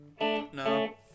no